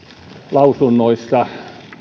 lausunnoissa